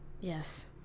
Yes